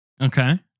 Okay